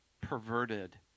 perverted